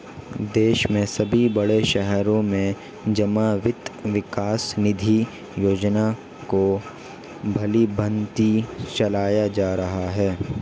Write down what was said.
देश के सभी बड़े शहरों में जमा वित्त विकास निधि योजना को भलीभांति चलाया जा रहा है